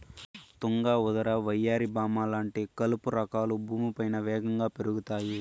తుంగ, ఉదర, వయ్యారి భామ లాంటి కలుపు రకాలు భూమిపైన వేగంగా పెరుగుతాయి